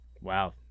Wow